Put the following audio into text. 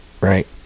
right